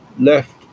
left